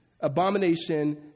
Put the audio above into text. abomination